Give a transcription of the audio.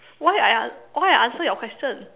why I an~ why I answer your question